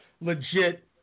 legit